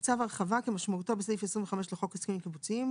"צו הרחבה" כמשמעותו בסעיף 25 לחוק הסכמים קיבוציים,